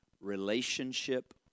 relationship